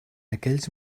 aquells